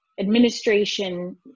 administration